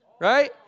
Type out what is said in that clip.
right